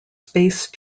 space